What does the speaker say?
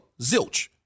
zilch